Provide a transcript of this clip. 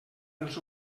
dels